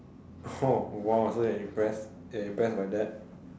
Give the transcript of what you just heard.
oh !wow! so you're impressed you're impressed by that